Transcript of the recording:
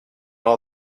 all